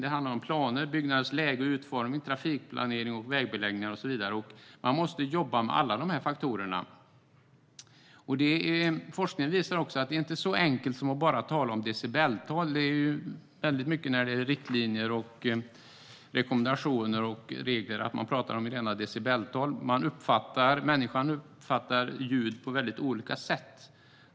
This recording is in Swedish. Det handlar om planer, byggnaders läge och utformning, trafikplanering, vägbeläggningar och så vidare, och man måste jobba med alla dessa faktorer. Forskningen visar också att det inte är så enkelt som att bara tala om decibeltal. Väldigt ofta när det gäller riktlinjer, rekommendationer och regler talar man om rena decibeltal, men människan uppfattar ljud på väldigt olika sätt.